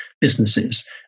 businesses